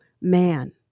man